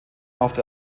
auf